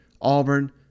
Auburn